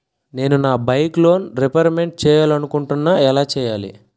నేను నా bike loan repayment చేయాలనుకుంటున్నా ఎలా చేయాలి?